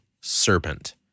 serpent